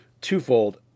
twofold